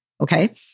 Okay